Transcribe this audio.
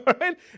right